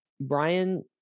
Brian